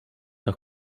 nach